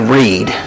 read